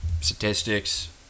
statistics